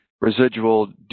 residual